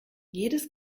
jedes